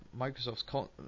Microsoft's